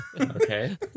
Okay